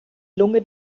lunge